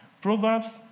Proverbs